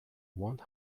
one